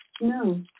No